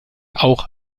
auch